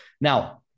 Now